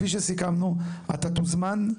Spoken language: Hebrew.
אתה תוזמן,